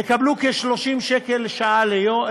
הם יקבלו כ-30 שקל לשעה,